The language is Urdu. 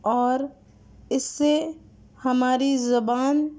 اور اس سے ہماری زبان